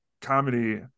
comedy